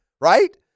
Right